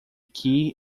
key